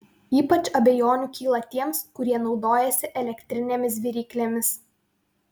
ypač abejonių kyla tiems kurie naudojasi elektrinėmis viryklėmis